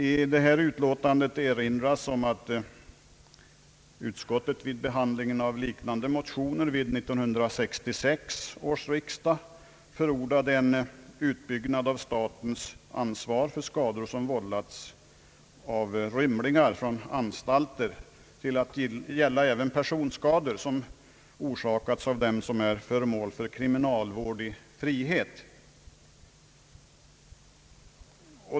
I utlåtandet erinras om att utskottet vid behandlingen av liknande motioner vid 1966 års riksdag förordade en utbyggnad av statens ansvar för skador som vållas av rymlingar från anstalter till att gälla även personskador som orsakats av dem som är föremål för kriminalvård i frihet.